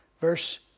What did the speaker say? Verse